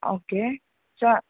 okay so